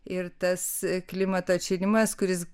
ir tas klimato atšilimas kuris